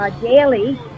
daily